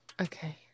Okay